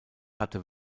hatte